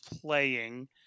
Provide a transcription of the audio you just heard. playing